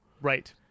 right